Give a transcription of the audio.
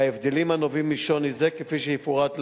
וההבדלים הנובעים משוני זה, כפי שיפורט להלן.